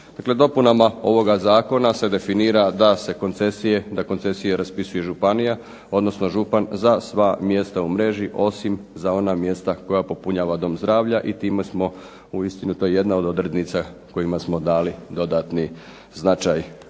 dopunama ovoga zakona se definira da koncesije raspisuje županija odnosno župan za sva mjesta u mreži, osim za ona mjesta koja popunjava dom zdravlja. I time smo uistinu, to je jedna od odrednica kojima smo dali dodatni značaj